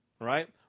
right